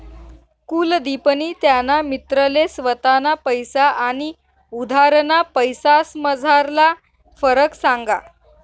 कुलदिपनी त्याना मित्रले स्वताना पैसा आनी उधारना पैसासमझारला फरक सांगा